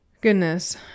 goodness